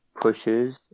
pushes